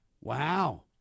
Wow